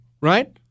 right